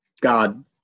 God